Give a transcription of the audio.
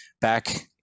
back